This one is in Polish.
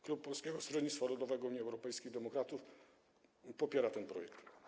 Klub Polskiego Stronnictwa Ludowego - Unii Europejskich Demokratów popiera ten projekt.